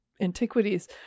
antiquities